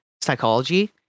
psychology